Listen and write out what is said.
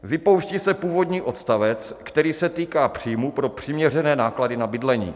Vypouští se původní odstavec, který se týká příjmů pro přiměřené náklady na bydlení.